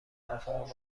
کارفرمای